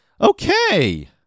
Okay